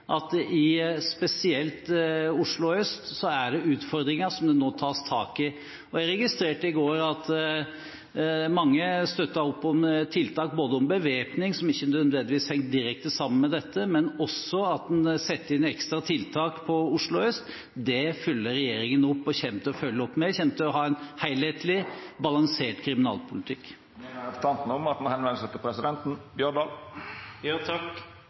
at spesielt i Oslo øst er det utfordringer som det nå tas tak i. Jeg registrerte i går at mange støttet opp om tiltak som bevæpning, som ikke nødvendigvis henger direkte sammen med dette, men også at en setter inn ekstra tiltak i Oslo øst. Dette følger regjeringen opp – og kommer til å følge opp. Vi kommer til å ha en helhetlig, balansert kriminalpolitikk. Representanten Helleland sa noko, som er heilt rett, i sitt innlegg, og det er at